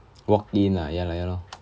walk in ah ya lor ya lor